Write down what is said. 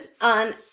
on